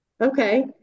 Okay